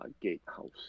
gatehouse